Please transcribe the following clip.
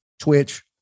Twitch